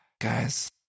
Guys